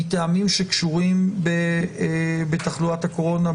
מטעמים שקשורים בתחלואת הקורונה,